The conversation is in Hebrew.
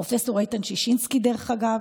פרופ' איתן ששינסקי, דרך אגב,